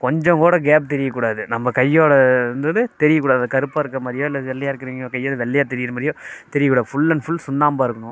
கொஞ்சம் கூட கேப் தெரியக்கூடாது நம்ம கையோட எந்த இதுவும் தெரியக்கூடாது அந்த கருப்பாக இருக்கிற மாதிரியோ இல்லை வெள்ளையாக இருக்கறவங்க கையை வெள்ளையாக தெரிகிற மாதிரியோ தெரியக்கூடாது ஃபுல் அண்ட் ஃபுல் சுண்ணாம்பாக இருக்கணும்